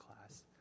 class